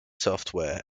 software